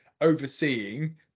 overseeing